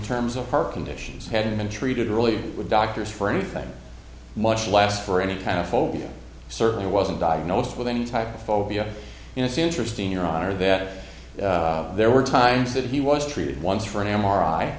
terms of her conditions hadn't been treated really with doctors for anything much less for any kind of phobia certainly wasn't diagnosed with any type of phobia and it's interesting your honor that there were times that he was treated once for an m